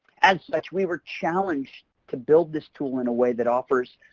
as such, we were challenged to build this tool in a way that offers,